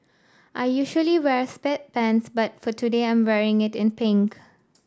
I usually wear sweatpants but for today I'm wearing it in pink